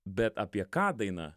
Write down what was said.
bet apie ką daina